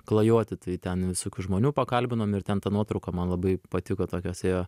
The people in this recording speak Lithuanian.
klajoti tai ten visokių žmonių pakalbinom ir ten ta nuotrauka man labai patiko tokios ėjo